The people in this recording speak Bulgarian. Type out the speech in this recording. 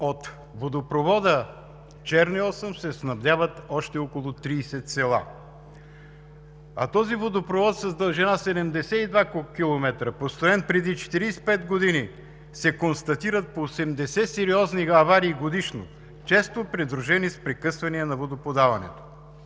от водопровода „Черни Осъм“ се снабдяват още около 30 села. Този водопровод е с дължина 72 км, построен е преди 45 г. и се констатират по 80 сериозни аварии годишно, често придружени с прекъсване на водоподаването.